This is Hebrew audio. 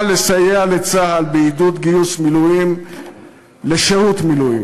לסייע לצה"ל בעידוד גיוס מילואים לשירות מילואים.